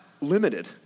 limited